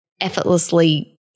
effortlessly